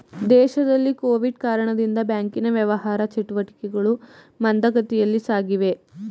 ದೇಶದಲ್ಲಿ ಕೊವಿಡ್ ಕಾರಣದಿಂದ ಬ್ಯಾಂಕಿನ ವ್ಯವಹಾರ ಚಟುಟಿಕೆಗಳು ಮಂದಗತಿಯಲ್ಲಿ ಸಾಗಿವೆ